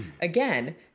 again